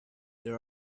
there